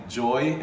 joy